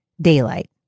Daylight